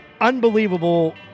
Unbelievable